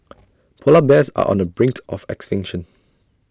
Polar Bears are on the brink of extinction